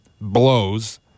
blows